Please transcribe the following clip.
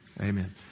Amen